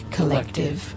Collective